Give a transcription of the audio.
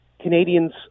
Canadians